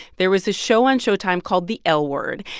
there was this show on showtime called the l word,